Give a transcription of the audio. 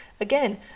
Again